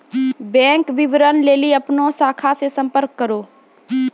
bank विबरण लेली अपनो शाखा से संपर्क करो